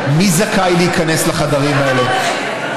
זו קרקע של אנשים שלא ביקשו שמישהו יפנה אותם.